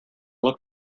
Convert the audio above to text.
look